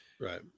Right